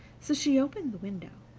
so she opened the window,